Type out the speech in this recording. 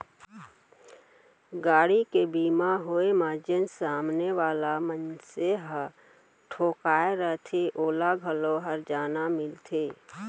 गाड़ी के बीमा होय म जेन सामने वाला मनसे ह ठोंकाय रथे ओला घलौ हरजाना मिलथे